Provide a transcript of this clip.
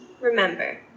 Remember